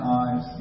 eyes